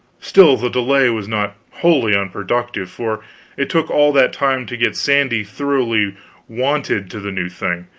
still the delay was not wholly unproductive, for it took all that time to get sandy thoroughly wonted to the new thing,